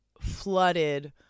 flooded